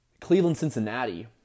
Cleveland-Cincinnati